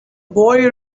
boy